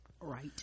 right